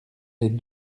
les